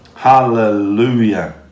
Hallelujah